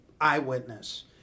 eyewitness